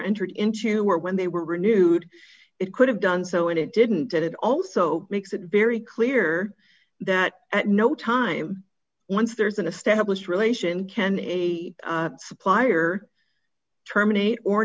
entered into or when they were renewed it could have done so and it didn't and it also makes it very clear that at no time once there's an established relation can a supplier terminate or